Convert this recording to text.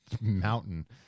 mountain